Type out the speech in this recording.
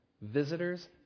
visitors